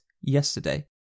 yesterday